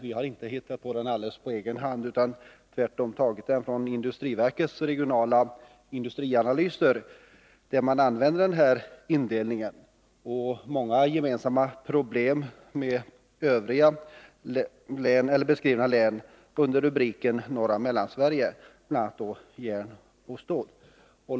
Vi har inte hittat på denna rubricering på egen hand, utan tagit den från industriverkets reg« nala industrianalyser, där man använder den här indelningen. Gävleborgs län har många problem gemensamt med övriga beskrivna län under rubriken Norra Mellansverige, bl.a. då det gäller järn och stål.